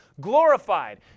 glorified